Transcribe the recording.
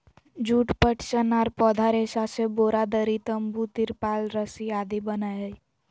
जुट, पटसन आर पौधा रेशा से बोरा, दरी, तंबू, तिरपाल रस्सी आदि बनय हई